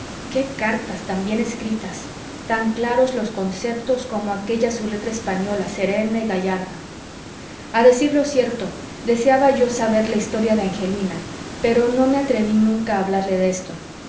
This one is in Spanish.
qué cartas tan bien escritas tan claros los conceptos como aquella su letra española serena y gallarda a decir lo cierto deseaba yo saber la historia da angelina pero no me atreví nunca a hablarle de esto